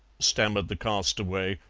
stammered the castaway,